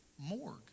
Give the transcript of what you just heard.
morgue